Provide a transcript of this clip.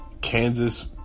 Kansas